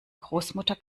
großmutter